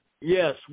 Yes